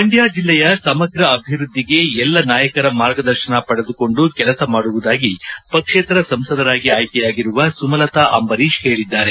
ಮಂಡ್ಯ ಜಿಲ್ಲೆಯ ಸಮಗ್ರ ಅಭಿವೃದ್ಧಿಗೆ ಎಲ್ಲಾ ನಾಯಕರ ಮಾರ್ಗದರ್ಶನ ಪಡೆದುಕೊಂಡು ಕೆಲಸ ಮಾಡುವುದಾಗಿ ಪಕ್ಷೇತರ ಸಂಸದರಾಗಿ ಆಯ್ಕೆಯಾಗಿರುವ ಸುಮಲತಾ ಅಂಬರೀಶ್ ಹೇಳಿದ್ದಾರೆ